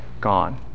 Gone